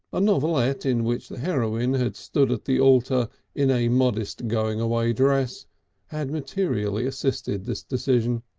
a novelette in which the heroine had stood at the altar in a modest going-away dress had materially assisted this decision.